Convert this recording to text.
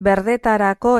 berdetarako